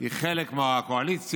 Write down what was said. היא חלק מהקואליציה,